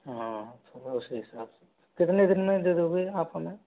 हाँ तो वो उसी हिसाब से कितने दिन में दे दोंगे आप हमें